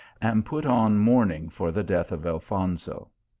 and put on mourning for the death of al fonso.